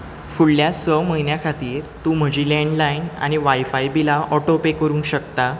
फुडल्या स म्हयन्यां खातीर तूं म्हजीं लँडलायन आनी वायफाय बिलां ऑटोपे करूंक शकता